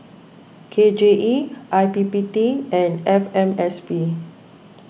K J E I P P T and F M S P